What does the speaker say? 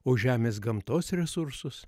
o žemės gamtos resursus